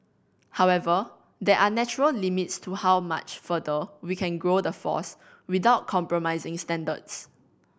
however there are natural limits to how much further we can grow the force without compromising standards